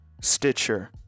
Stitcher